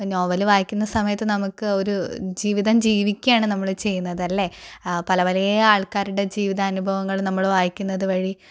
novel വായിക്കുന്ന സമയത്ത് നമുക്ക് ഒര് ജീവിതം ജീവിക്കുകയാണ് നമ്മള് ചെയ്യുന്നത് അല്ലെ പല പല ആൾക്കാരുടെ ജീവിതാനുഭവങ്ങള് നമ്മള് വായിക്കുന്നത് വഴി